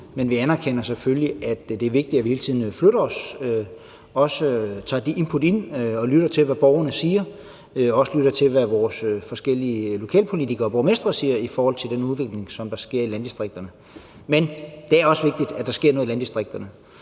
men vi anerkender selvfølgelig, at det er vigtigt, at vi hele tiden flytter os og også tager de input ind og lytter til, hvad borgerne siger, og også lytter til, hvad vores forskellige lokalpolitikere og borgmestre siger i forhold til den udvikling, som der sker i landdistrikterne. Men det er også vigtigt, at der sker noget i landdistrikterne,